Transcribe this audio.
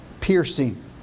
piercing